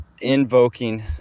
invoking